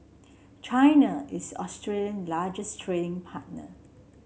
China is Australian largest trading partner